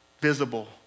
visible